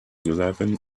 eleven